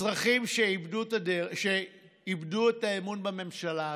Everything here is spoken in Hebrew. אזרחים שאיבדו את האמון בממשלה הזאת,